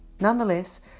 Nonetheless